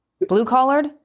Blue-collared